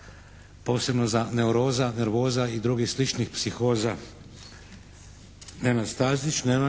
posebno za neuroza, nervoza i drugih sličnih psihoza.